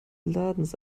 ladens